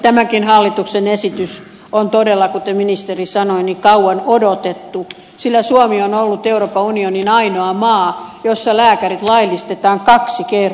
tämäkin hallituksen esitys on todella kuten ministeri sanoi kauan odotettu sillä suomi on ollut euroopan unionin ainoa maa jossa lääkärit laillistetaan kaksi kertaa